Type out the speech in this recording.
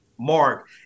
mark